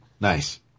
Nice